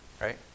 Right